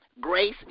Grace